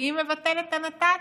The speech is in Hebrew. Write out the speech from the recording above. שהיא מבטלת את הנת"צים,